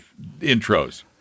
intros